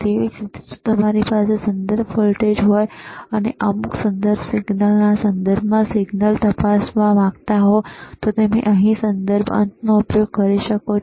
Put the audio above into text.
તેવી જ રીતે જો તમારી પાસે સંદર્ભ વોલ્ટેજ હોય અને તમે અમુક સંદર્ભ સિગ્નલના સંદર્ભમાં સિગ્નલ તપાસવા માંગતા હોવ તો તમે અહીં સંદર્ભ અંતનો ઉપયોગ કરી શકો છો